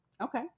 Okay